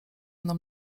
mną